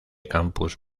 campus